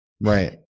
Right